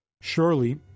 Surely